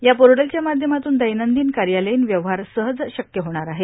या पोर्टलच्या माध्यमातून दैनंदिन कार्यालयीन व्यवहार सहज शक्य होणार आहे